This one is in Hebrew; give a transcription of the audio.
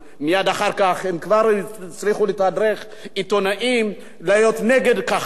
מייד אחר כך הם כבר הצליחו לתדרך עיתונאים להיות נגד כחלון,